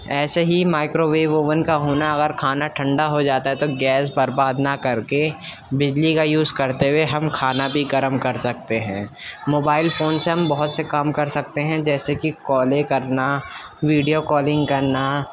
ایسے ہی microwave oven کا ہونا اگر کھانا ٹھنڈا ہو جاتا ہے تو گیس برباد نہ کر کے بجلی کا یوز کرتے ہوئے ہم کھانا بھی گرم کر سکتے ہیں موبائل فون سے ہم بہت سے کام کر سکتے ہیں جیسے کہ کالیں کرنا ویڈیو کالنگ کرنا